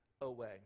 away